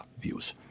views